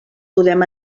podem